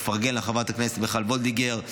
לפרגן לחברת הכנסת מיכל וולדיגר,